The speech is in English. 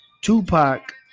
Tupac